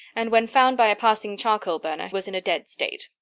and when found by a passing charcoal-burner was in a dead state.